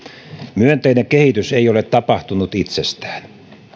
myönteinen kehitys ei ole tapahtunut itsestään